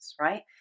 right